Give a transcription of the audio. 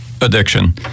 addiction